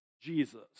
Jesus